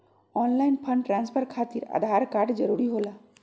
Online fund transfer खातिर Aadhaar card जरूरी होला?